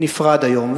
נפרד היום.